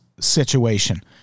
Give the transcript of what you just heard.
situation